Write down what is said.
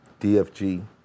DFG